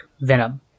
Venom